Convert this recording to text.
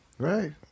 Right